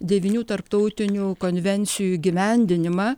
devynių tarptautinių konvencijų įgyvendinimą